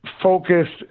focused